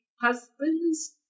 Husbands